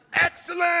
Excellent